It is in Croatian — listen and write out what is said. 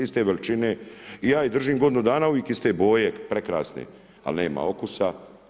Iste veličine i ja ih držim godinu dana, uvik iste boje prekrasne, al nema okusa.